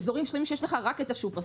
אזורים שלמים שיש לך רק השופרסל.